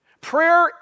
Prayer